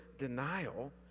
Denial